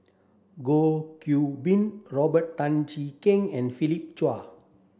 Goh Qiu Bin Robert Tan Jee Keng and Philip Chia